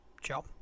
Ciao